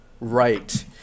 right